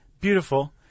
beautiful